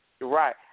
Right